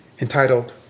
entitled